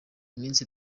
iminsi